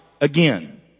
again